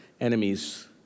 enemies